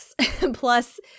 plus